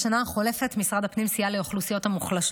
בשנה החולפת משרד הפנים סייע לאוכלוסיות המוחלשות